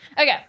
Okay